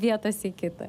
vietos į kitą